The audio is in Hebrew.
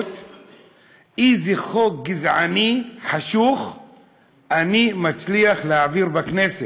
איזה חוק גזעני חשוך אני מצליח להעביר בכנסת.